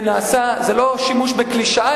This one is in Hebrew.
זה לא שימוש בקלישאה,